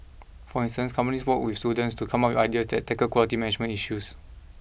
for instance companies work with students to come up with ideas that tackle quality management issues